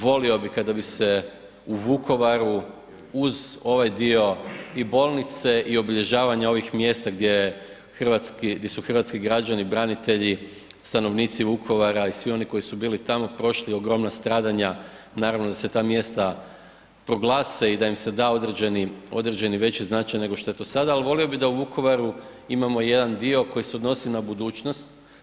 Volio bi kada bi se u Vukovaru uz ovaj dio i bolnice i obilježavanje ovih mjesta gdje su hrvatski građani branitelji, stanovnici Vukovara i svi oni koji su bili tamo prošli ogromna stradanja, naravno da se ta mjesta proglase i da im se da određeni veći značaj nego što je to sada, ali volio bi da u Vukovaru imamo jedan dio koji se odnosi na budućnost.